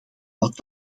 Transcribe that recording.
wat